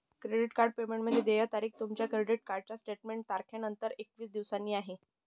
credit card payment देय तारीख तुमच्या क्रेडिट कार्ड स्टेटमेंट तारखेनंतर एकवीस दिवसांनी आहे